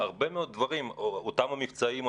אותם המבצעים,